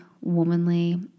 womanly